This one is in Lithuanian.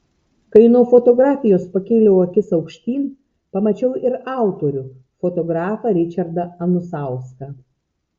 kai nuo fotografijos pakėliau akis aukštyn pamačiau ir autorių fotografą ričardą anusauską